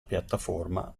piattaforma